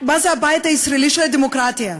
מה זה הבית הישראלי של הדמוקרטיה?